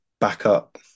backup